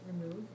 remove